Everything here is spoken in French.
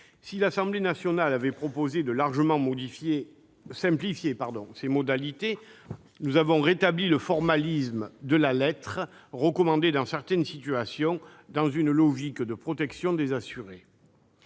: l'Assemblée nationale avait proposé de largement simplifier ces modalités, mais nous avons rétabli le formalisme de la lettre recommandée dans certaines situations, dans une logique de protection des assurés.